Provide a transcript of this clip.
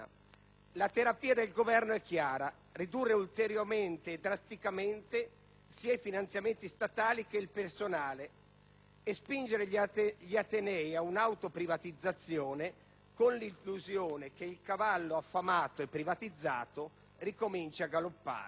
La terapia del Governo è chiara: ridurre ulteriormente e drasticamente sia i finanziamenti statali che il personale, e spingere gli atenei ad un'autoprivatizzazione, con l'illusione che «il cavallo affamato e privatizzato» ricominci a galoppare.